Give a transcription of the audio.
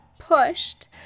pushed